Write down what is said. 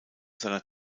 seiner